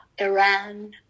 Iran